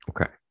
Okay